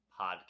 Podcast